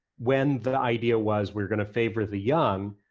when the idea was we're gonna favor the young,